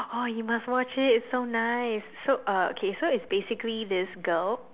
oh you must watch it it's so nice so uh so okay so it's basically this girl